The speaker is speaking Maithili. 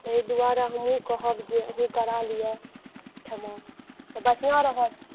ताहि दुआरे हमहुँ कहब जे अहुँ करा लिअ ओहिठमा तऽ बढ़िऑं रहत